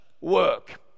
work